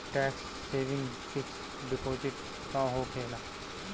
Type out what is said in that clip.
Tax saving fix deposit का होखे ला?